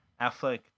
Affleck